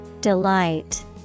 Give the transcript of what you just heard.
Delight